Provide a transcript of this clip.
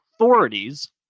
authorities